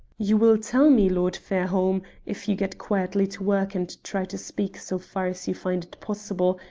you will tell me, lord fairholme, if you get quietly to work and try to speak, so far as you find it possible,